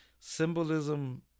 symbolism